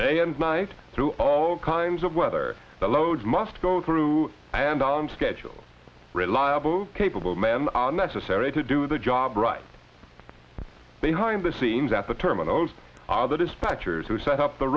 day and night through all kinds of weather the loads must go through and on schedule reliable capable men are necessary to do the job right behind the scenes at the terminals are the dispatchers who set up the